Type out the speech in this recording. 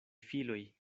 filoj